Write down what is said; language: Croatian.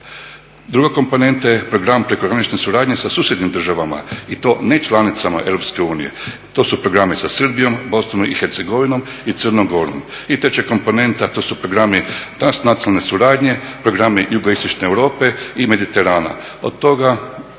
Druga komponenta je program prekogranične suradnje sa susjednim državama i to ne članicama EU. To su programi sa Srbijom, BiH i Crnom Gorom. I treća komponenta, to su programi transnacionalne suradnje, programi jugoistočne Europe i Mediterana, od toga